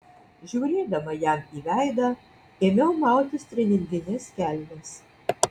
žiūrėdama jam į veidą ėmiau mautis treningines kelnes